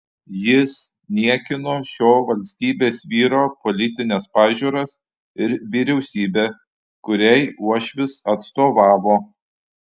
jis niekino šio valstybės vyro politines pažiūras ir vyriausybę kuriai uošvis atstovavo